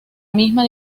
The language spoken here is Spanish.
misma